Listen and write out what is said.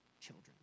children